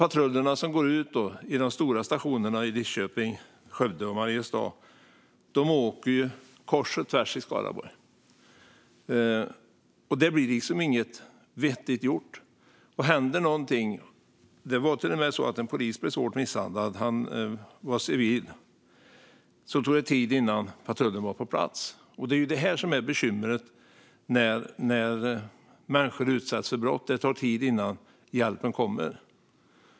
Patrullerna som utgår från de stora stationerna i Lidköping, Skövde och Mariestad åker kors och tvärs i Skaraborg. Det blir liksom inget vettigt gjort. Och händer någonting tar det tid innan patrullen är på plats. Det var till och med en polis som blev svårt misshandlad. Han var civil. Det tog tid innan patrullen var på plats. Det är det som är bekymret: När människor utsätts för brott tar det tid innan hjälpen kommer.